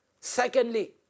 Secondly